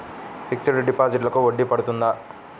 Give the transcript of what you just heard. Fixed డిపాజిట్లకు వడ్డీ పడుతుందా?